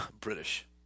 British